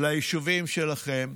ליישובים שלכם